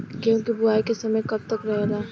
गेहूँ के बुवाई के समय कब तक रहेला?